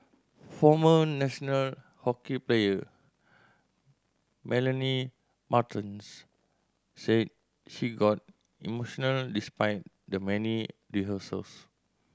former national hockey player Melanie Martens said she got emotional despite the many rehearsals